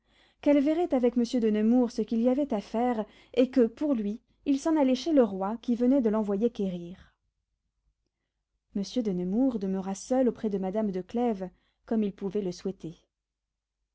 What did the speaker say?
qu'elle verrait avec monsieur de nemours ce qu'il y avait à faire et que pour lui il s'en allait chez le roi qui venait de l'envoyer quérir monsieur de nemours demeura seul auprès de madame de clèves comme il le pouvait souhaiter